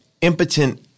impotent